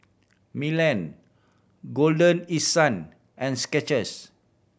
Milan Golden East Sun and Skechers